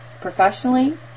professionally